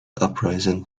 uprising